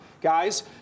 guys